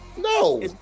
No